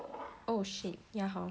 oh shit ya hor